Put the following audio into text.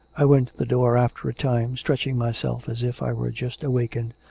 i went to the door after a time, stretching my self as if i were just awakened,